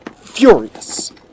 furious